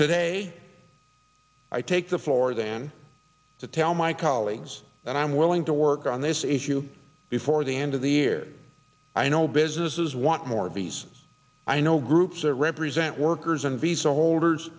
today i take the floor then to tell my colleagues and i'm willing to work on this issue before the end of the year i know businesses want more of these i know groups that represent workers and visa holders